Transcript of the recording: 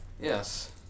Yes